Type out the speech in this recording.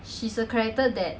she's a character that